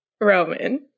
Roman